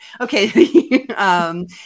Okay